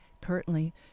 Currently